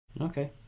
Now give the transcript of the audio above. okay